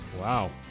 Wow